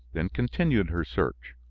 then continued her search.